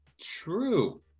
true